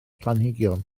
planhigion